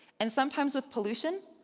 and sometimes with pollution,